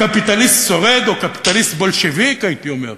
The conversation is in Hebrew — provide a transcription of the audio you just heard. קפיטליסט שורד, או קפיטליסט בולשביק, הייתי אומר,